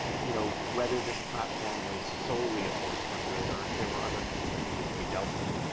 you know, whether this platform was solely a force for good or there were other things that needed to be dealt with?